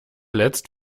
letzt